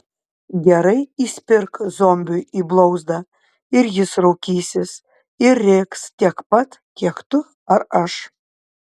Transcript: gerai įspirk zombiui į blauzdą ir jis raukysis ir rėks tiek pat kiek tu ar aš